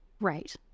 right